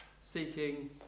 seeking